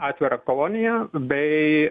atvirą koloniją bei